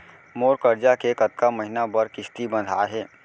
मोर करजा के कतका महीना बर किस्ती बंधाये हे?